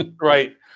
right